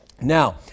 Now